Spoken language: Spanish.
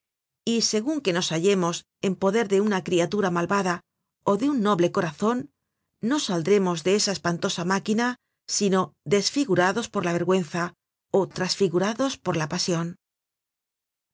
y segun que nos hallemos en poder de una criatura malvada ó de un noble corazon no saldremos de esa espantosa máquina sino desfigurados por la vergüenza ó trasfigurados por la pasion